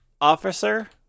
officer